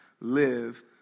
live